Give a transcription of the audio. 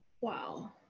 Wow